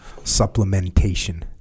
supplementation